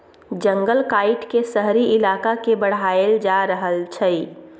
जंगल काइट के शहरी इलाका के बढ़ाएल जा रहल छइ